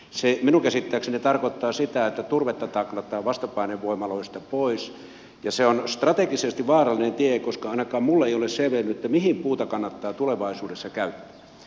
se minun käsittääkseni tarkoittaa sitä että turvetta taklataan vastapainevoimaloista pois ja se on strategisesti vaarallinen tie koska ainakaan minulle ei ole selvinnyt mihin puuta kannatta tulevaisuudessa käyttää